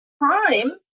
prime